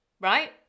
right